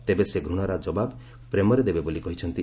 ତେବେ ସେ ଘୂଣାର ଜବାବ ପ୍ରେମରେ ଦେବେ ବୋଲି କହିଛନ୍ତି